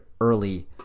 early